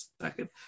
second